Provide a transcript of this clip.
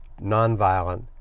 nonviolent